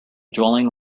dwelling